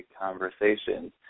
Conversations